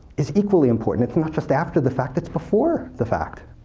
is equally important. it's not just after the fact, it's before the fact.